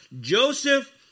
Joseph